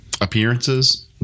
appearances